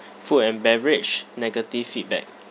food and beverage negative feedback